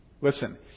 Listen